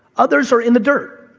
others are in the dirt.